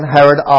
Herod